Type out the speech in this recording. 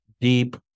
deep